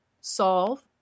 solve